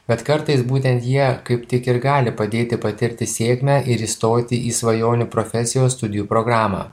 bet kartais būtent jie kaip tik ir gali padėti patirti sėkmę ir įstoti į svajonių profesijos studijų programą